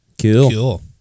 cool